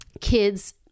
kids